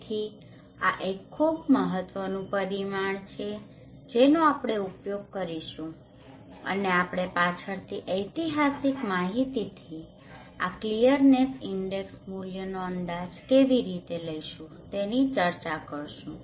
તેથી આ એક ખૂબ મહત્વનું પરિમાણ છે જેનો આપણે ઉપયોગ કરીશું અને આપણે પાછળથી ઐતિહાસિક માહિતીથી આ ક્લીયરનેસ ઇન્ડેક્સ મૂલ્યનો અંદાજ કેવી રીતે લઈશું તેની ચર્ચા કરીશું